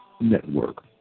Network